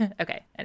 okay